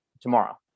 tomorrow